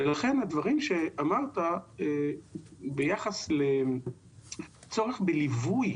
ולכן הדברים שאמרת ביחס לצורך בליווי